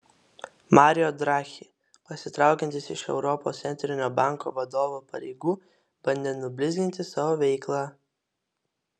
mario draghi pasitraukiantis iš europos centrinio banko vadovo pareigų bandė nublizginti savo veiklą